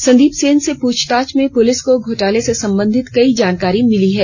संदीप सेन से पूछताछ में पूलिस को घोटाले से संबंधित कई जानकारी मिलेगी